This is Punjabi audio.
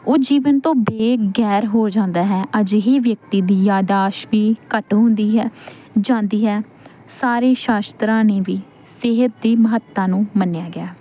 ਉਹ ਜੀਵਨ ਤੋਂ ਬੇਗੈਰ ਹੋ ਜਾਂਦਾ ਹੈ ਅਜਿਹੀ ਵਿਅਕਤੀ ਦੀ ਯਾਦਾਸ਼ਤ ਵੀ ਘੱਟ ਹੁੰਦੀ ਹੈ ਜਾਂਦੀ ਹੈ ਸਾਰੀ ਸ਼ਾਸਤਰਾਂ ਨੇ ਵੀ ਸਿਹਤ ਦੀ ਮਹੱਤਤਾ ਨੂੰ ਮੰਨਿਆ ਗਿਆ